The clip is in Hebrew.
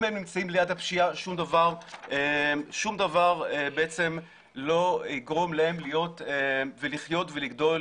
אם הם נמצאים ליד הפשיעה שום דבר בעצם לא יגרום להם ולחיות ולגדול,